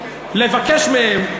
לבקש מהם.